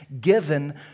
given